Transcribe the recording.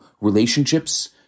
relationships